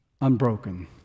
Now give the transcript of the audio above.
unbroken